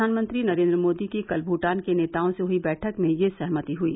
प्रधानमंत्री नरेन्द्र मोदी की कल भूटान के नेताओं से हुई बैठक में यह सहमति हुई